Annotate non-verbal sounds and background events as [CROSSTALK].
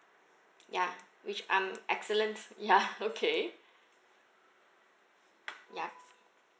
ya which I'm excellence ya [LAUGHS] okay ya